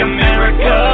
America